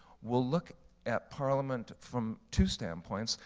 we'll look at parliament from two standpoints.